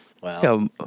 Wow